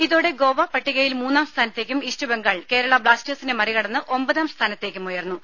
ഇതോടെ ഗോവ പട്ടികയിൽ മൂന്നാം സ്ഥാനത്തേക്കും ഈസ്റ്റ് ബംഗാൾ കേരളാ ബ്ലാസ്റ്റേഴ്സിനെ മറികടന്ന് ഒമ്പതാം സ്ഥാനത്തേക്കും ഉയർന്നു